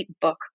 book